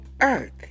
earth